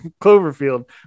Cloverfield